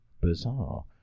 bizarre